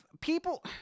people